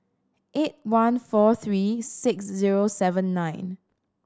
eight one four three six zero seven nine